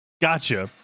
Gotcha